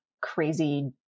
crazy